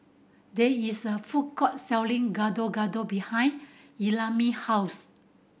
there is a food court selling Gado Gado behind Ellamae house